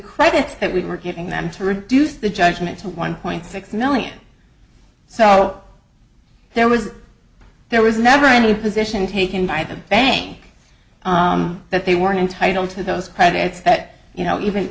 credits that we were giving them to reduce the judgment to one point six million so there was there was never any position taken by the bank that they weren't entitled to those credits that you know even